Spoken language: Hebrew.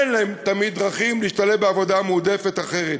אין להם תמיד דרכים להשתלב בעבודה המועדפת האחרת,